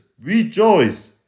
rejoice